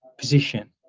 position.